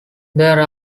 there